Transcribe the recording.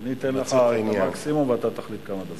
אנחנו כבר רגילים בתופעה הזאת,